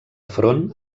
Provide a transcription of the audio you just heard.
front